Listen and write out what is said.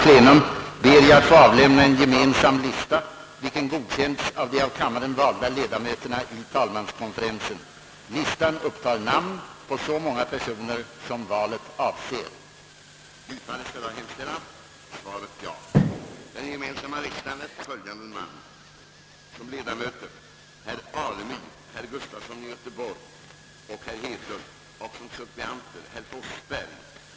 Denna har godkänts av de av kammaren valda ledamöterna i talmanskonferensen.